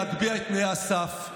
להגביה את תנאי הסף,